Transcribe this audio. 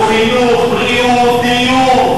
בוודאי ביישובים,